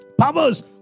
powers